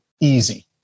Easy